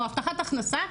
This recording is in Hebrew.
או הבטחת הכנסה,